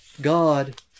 God